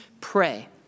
pray